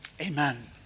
Amen